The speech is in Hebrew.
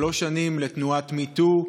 שלוש שנים לתנועת MeToo,